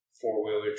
four-wheeler